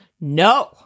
No